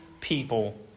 people